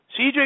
CJ